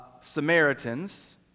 Samaritans